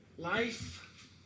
Life